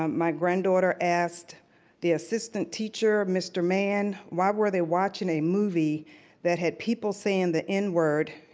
um my granddaughter asked the assistant teacher, mr. man, why were they watching a movie that had people saying the n word,